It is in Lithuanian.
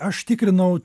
aš tikrinau